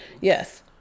Yes